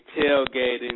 tailgating